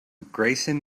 grayson